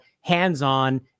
hands-on